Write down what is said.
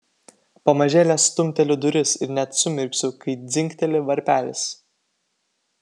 pamažėle stumteliu duris ir net sumirksiu kai dzingteli varpelis